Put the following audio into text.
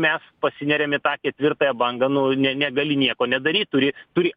mes pasineriam į tą ketvirtąją bangą nu ne negali nieko nedaryt turi turi